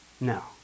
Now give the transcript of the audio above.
No